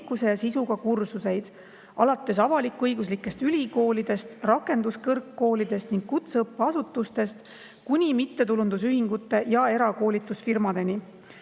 ja sisuga kursuseid, alates avalik-õiguslikest ülikoolidest, rakenduskõrgkoolidest ning kutseõppeasutustest kuni mittetulundusühingute ja erakoolitusfirmadeni.